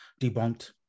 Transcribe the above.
debunked